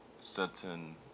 certain